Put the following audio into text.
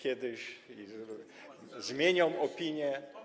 i zmienią opinie.